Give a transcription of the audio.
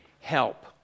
help